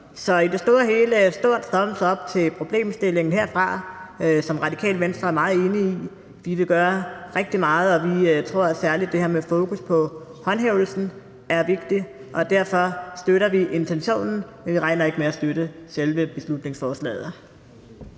Så i det store og hele et stort thumbsup op til problemstillingen herfra, som Radikale Venstre er meget enig i. Vi vil gøre rigtig meget, og vi tror, at særlig det her med fokus på håndhævelsen er vigtigt, og derfor støtter vi intentionen, men vi regner ikke med at støtte selve beslutningsforslaget.